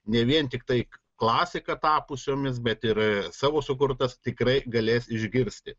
ne vien tiktai klasika tapusiomis bet ir savo sukurtas tikrai galės išgirsti